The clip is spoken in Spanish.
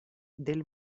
del